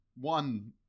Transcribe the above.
one